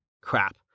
Crap